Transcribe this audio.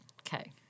Okay